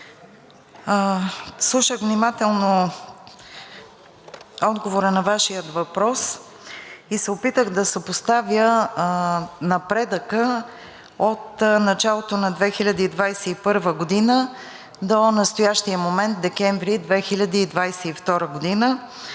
слушах внимателно отговора на Вашия въпрос и се опитах да съпоставя напредъка от началото на 2021 г. до настоящия момент – декември 2022 г.,